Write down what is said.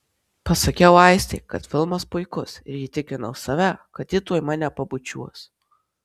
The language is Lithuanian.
pasakiau aistei kad filmas puikus ir įtikinau save kad ji tuoj mane pabučiuos